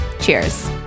Cheers